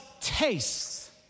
tastes